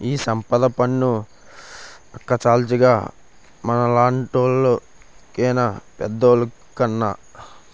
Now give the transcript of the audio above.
ఈ సంపద పన్ను అక్కచ్చాలుగ మనలాంటోళ్లు కేనా పెద్దోలుకున్నా